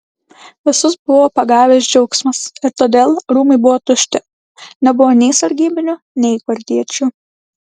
visus buvo pagavęs džiaugsmas ir todėl rūmai buvo tušti nebuvo nei sargybinių nei gvardiečių